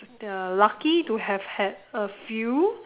ya lucky to have had a few